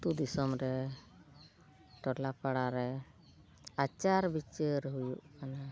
ᱟᱛᱳ ᱫᱤᱥᱚᱢ ᱨᱮ ᱴᱚᱞᱟ ᱯᱟᱲᱟᱨᱮ ᱟᱪᱟᱨ ᱵᱤᱪᱟᱹᱨ ᱦᱩᱭᱩᱜ ᱠᱟᱱᱟ